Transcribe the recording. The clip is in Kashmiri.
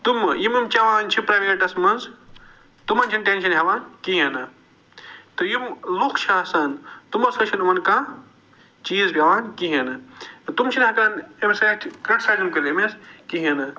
تِمہٕ یِم یِم چٮ۪وان چھِ پرٛیویٹس منٛز تِمن چھِنہٕ ٹٮ۪نٛشن ہٮ۪وان کِہیٖنۍ نہٕ تہٕ یِم لُکھ چھِ آسان تِمن سۭتۍ چھَنہٕ یِمن کانٛہہ چیٖز بیٚہوان کِہیٖنۍ نہٕ تِم چھِنہٕ ہٮ۪کان اَمہِ سۭتۍ کرٛٹسایز أمِس کِہیٖنۍ نہٕ